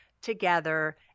together